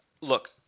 look